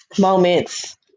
moments